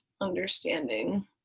understanding